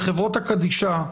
לחברות הקדישא,